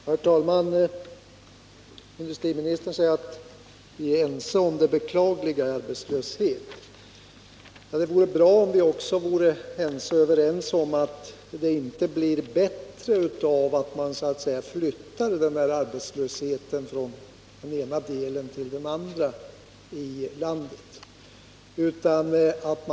Herr talman! Industriministern säger att vi är överens om att arbetslösheten är någonting beklagligt. Det vore bra om vi också vore överens om att det inte blir bättre om man flyttar arbetslösheten från den ena till den andra delen av landet.